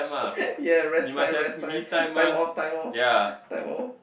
yea rest time rest time time off time off time off